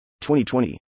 2020